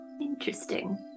Interesting